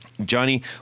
johnny